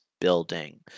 building